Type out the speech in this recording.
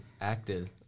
acted